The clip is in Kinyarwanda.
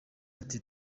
ati